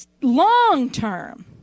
long-term